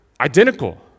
identical